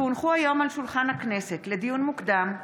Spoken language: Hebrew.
כי הונחו היום על שולחן הכנסת, לדיון מוקדם,